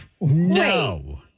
No